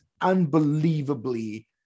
unbelievably